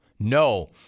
no